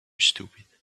stupid